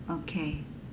okay